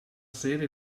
ser